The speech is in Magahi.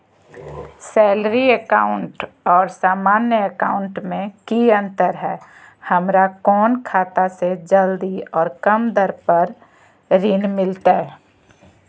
सैलरी अकाउंट और सामान्य अकाउंट मे की अंतर है हमरा कौन खाता से जल्दी और कम दर पर ऋण मिलतय?